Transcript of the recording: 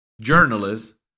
journalists